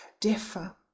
differ